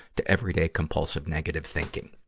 to everyday compulsive, negative thinking.